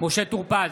משה טור פז,